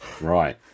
Right